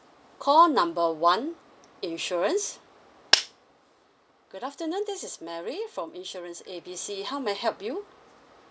call number one insurance good afternoon this is mary from insurance A B C how may I help you